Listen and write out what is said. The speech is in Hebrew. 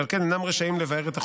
ועל כן אינם רשאים לבער את החומרים,